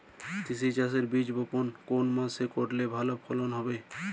তিসি চাষের বীজ বপন কোন মাসে করলে ভালো ফলন হবে?